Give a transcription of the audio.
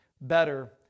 better